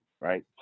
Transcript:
right